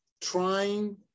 trying